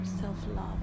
self-love